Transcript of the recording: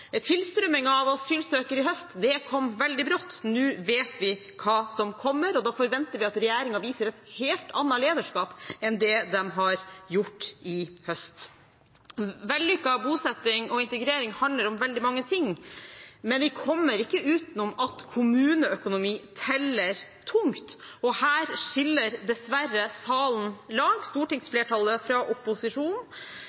Tilstrømmingen av asylsøkere i høst kom veldig brått. Nå vet vi hva som kommer, og da forventer vi at regjeringen viser et helt annet lederskap enn det de har gjort i høst. Vellykket bosetting og integrering handler om veldig mange ting, men vi kommer ikke utenom at kommuneøkonomi teller tungt, og her skiller dessverre salen lag, stortingsflertallet fra opposisjonen.